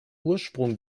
ursprung